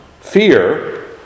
Fear